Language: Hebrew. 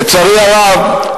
לצערי הרב,